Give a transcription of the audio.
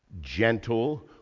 gentle